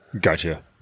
gotcha